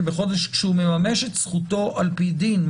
בחודש כשהוא מממש את זכותו על פי דין?